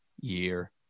year